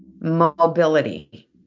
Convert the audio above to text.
mobility